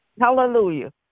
Hallelujah